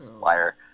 Liar